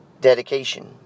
dedication